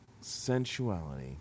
Sensuality